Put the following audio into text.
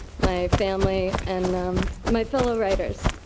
my family and my fellow writers.